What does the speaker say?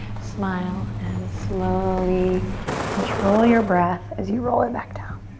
smile, and slowly control your breath as you roll it back down.